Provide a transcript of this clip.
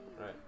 Right